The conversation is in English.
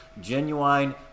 genuine